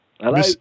Hello